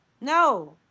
no